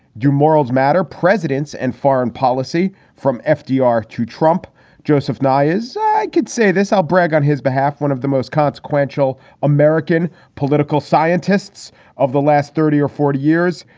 do morals matter? presidents and foreign policy from fdr to trump. joseph nye is i could say this. i'll brag on his behalf. one of the most consequential american political scientists of the last thirty or forty years.